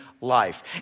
life